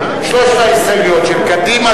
שלוש ההסתייגויות של קדימה